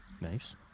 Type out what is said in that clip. Nice